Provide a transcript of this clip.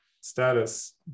status